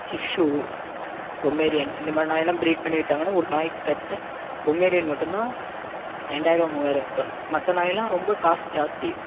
sis Pomeranian இந்தமாதிரி நாய்லாம் breed பண்ணி விற்றாங்கன்னா ஒரு நாய் கிட்டத்தட்ட பொமேரியன் மட்டும் தான் ரெண்டாயரூவா மூவாயிரம் இப்போ மற்ற நாய்லாம் ரொம்ப காசு ஜாஸ்தி